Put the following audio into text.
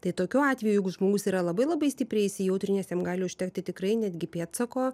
tai tokiu atveju jeigu žmogus yra labai labai stipriai įsijautrinęs jam gali užtekti tikrai netgi pėdsako